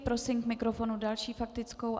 Prosím k mikrofonu další faktickou.